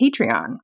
Patreon